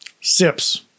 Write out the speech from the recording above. Sips